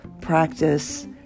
practice